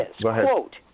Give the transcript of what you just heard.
quote